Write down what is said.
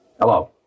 Hello